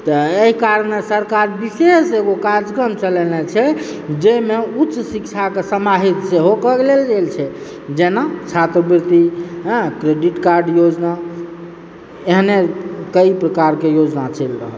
त एहि कारणे सरकार विशेष एगो कार्यक्रम चलेनय छै जाहिमे उच्च शिक्षाके समाहित सेहोक लेल गेल छै जेना छात्रवृति हँ क्रेडिट कार्ड योजना एहने कइ प्रकारके योजना चलि रहल छै